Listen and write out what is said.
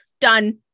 done